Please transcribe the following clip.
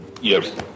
Yes